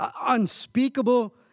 unspeakable